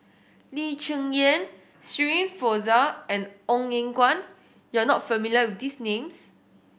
Lee Cheng Yan Shirin Fozdar and Ong Eng Guan you are not familiar with these names